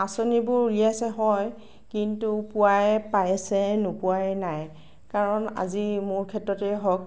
আচঁনিবোৰ উলিয়াইছে হয় কিন্তু পোৱাই পাইছে নোপোৱাই নাই কাৰণ আজি মোৰ ক্ষেত্ৰতেই হওঁক